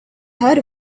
heard